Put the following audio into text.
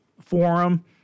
forum